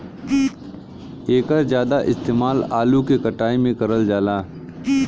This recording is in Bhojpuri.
एकर जादा इस्तेमाल आलू के कटाई में करल जाला